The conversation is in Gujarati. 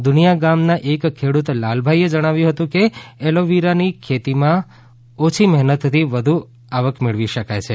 દુનિયા ગામના એક ખેડૂત લાલભાઈ એ જણાવ્યું હતું કે એલોવીરા ની ખેતી માં ઓછી મહેનતથી વધુ આવક મેળવી શકાય છે